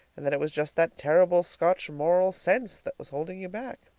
and that it was just that terrible scotch moral sense that was holding you back?